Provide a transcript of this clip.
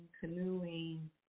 canoeing